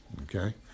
okay